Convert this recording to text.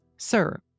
Sir